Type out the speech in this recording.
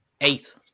eight